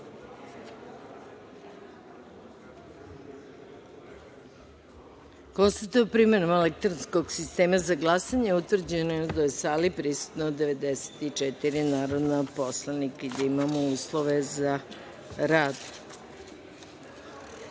da je primenom elektronskog sistema za glasanje utvrđeno da su u sali prisutno 94 narodna poslanika i da imamo uslove za